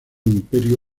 imperio